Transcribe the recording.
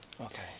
Okay